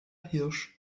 hirsch